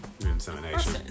Insemination